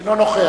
אינו נוכח